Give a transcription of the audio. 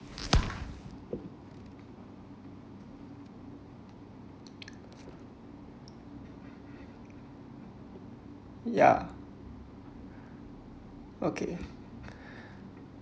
ya okay